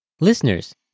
Listeners